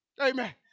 Amen